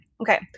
Okay